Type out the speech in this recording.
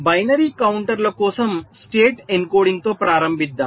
binary కౌంటర్ల కోసం state ఎన్కోడింగ్తో ప్రారంభిద్దాం